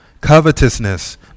covetousness